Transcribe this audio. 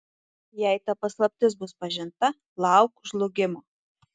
jei ta paslaptis bus pažinta lauk žlugimo